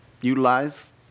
utilize